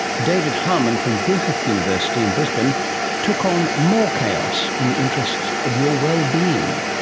david harman from griffith university in brisbane took on more chaos in the interests of your well-being.